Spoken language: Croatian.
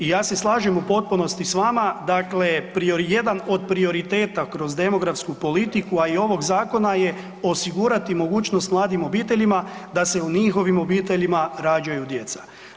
I ja se slažem u potpunosti s vama dakle jedan od prioriteta kroz demografsku politiku, a i ovog zakona je osigurati mogućnost mladim obiteljima da se u njihovim obiteljima rađaju djeca.